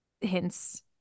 hints